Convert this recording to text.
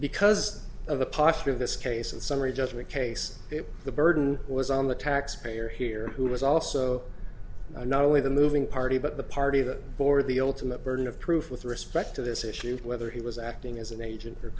because of the posture of this case and summary judgment case the burden was on the taxpayer here who was also not only the moving party but the party that bore the ultimate burden of proof with respect to this issue whether he was acting as an agent or